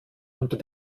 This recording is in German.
unter